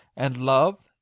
and love,